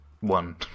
one